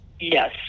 Yes